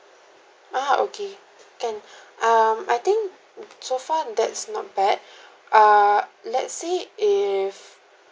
ah okay can um I think so far that's not bad err let's say if